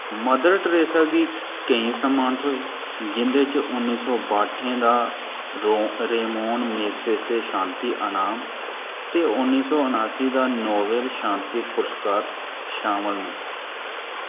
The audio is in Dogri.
मदर टेरेसा गी केईं सम्मान थ्होए जिं'दे च उन्नी सौ बाह्ठें दा रेमोन मैग्सेसे शान्ति अनाम ते उन्नी सौ उनास्सी दा नोबेल शांति पुरस्कार शामल न